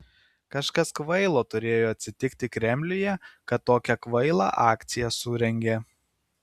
kažkas kvailo turėjo atsitiki kremliuje kad tokią kvailą akciją surengė